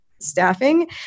staffing